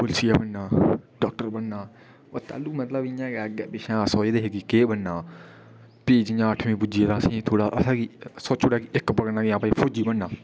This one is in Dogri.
पुलसिया बनना डाक्टर बनना ओह् तैलुं मतलब इं'या गै अग्गें पिच्छें अस सोचदे हे कि केह् बनना भी जियां अठमीं पुज्जे तां असें ई थोह्ड़ा असें भी सोची ओड़ेआ आं भई फौजी बनना